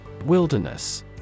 Wilderness